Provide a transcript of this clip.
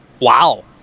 Wow